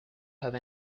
have